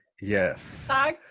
Yes